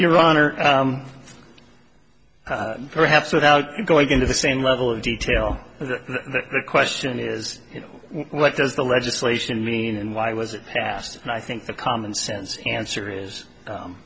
runner perhaps without going into the same level of detail the question is what does the legislation mean and why was it passed and i think the common sense answer is